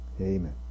Amen